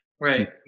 Right